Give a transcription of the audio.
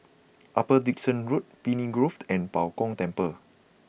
Upper Dickson Road Pine Grove and Bao Gong Temple